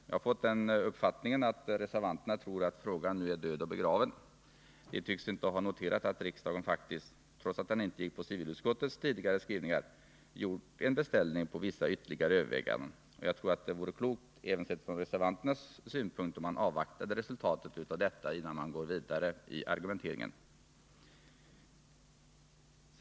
Jag har fått den uppfattningen att reservanterna tror att frågan nu är död och begraven. De tycks inte ha noterat att riksdagen faktiskt — trots att den inte gick på civilutskottets tidigare skrivningar — gjort en beställning på vissa ytterligare överväganden. Jag tror att det, även sett från reservanternas synpunkt, vore klokt om man avvaktade resultatet av dessa innan man går vidare i argumenteringen.